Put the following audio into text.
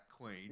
queen